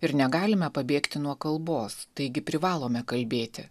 ir negalime pabėgti nuo kalbos taigi privalome kalbėti